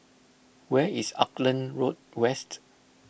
where is Auckland Road West